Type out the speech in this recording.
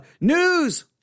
news